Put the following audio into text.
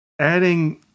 adding